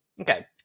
Okay